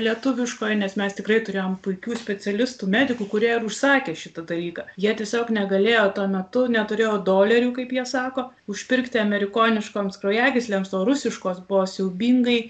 lietuviškoje nes mes tikrai turėjom puikių specialistų medikų kurie užsakė šitą dalyką jie tiesiog negalėjo tuo metu neturėjo dolerių kaip jie sako užpirkti amerikoniškoms kraujagyslėms o rusiškos buvo siaubingai